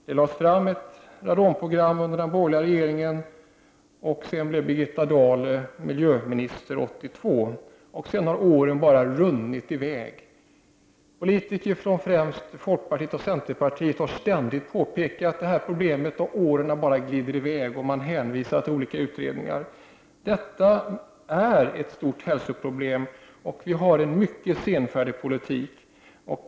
Det lades under den borgerliga regeringens tid fram ett radonprogram, och Birgitta Dahl blev sedan miljöminister 1982. Efter detta har åren bara runnit iväg. Politiker från främst folkpartiet och centerpartiet har ständigt påpekat problemet, men åren bara glider iväg, och man hänvisar till olika utredningar. Detta är ett stort hälsoproblem. Vi har en mycket senfärdig politik.